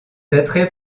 attrait